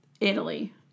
Italy